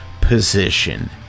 position